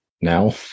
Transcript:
now